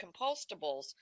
compostables